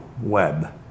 web